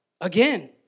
again